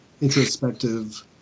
introspective